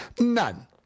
None